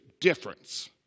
difference